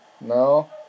No